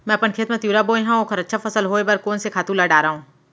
मैं अपन खेत मा तिंवरा बोये हव ओखर अच्छा फसल होये बर कोन से खातू ला डारव?